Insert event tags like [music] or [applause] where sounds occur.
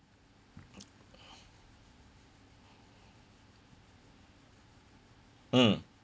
[noise] mm